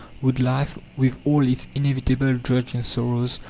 would life, with all its inevitable drudge and sorrows,